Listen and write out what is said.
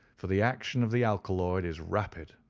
for the action of the alkaloid is rapid.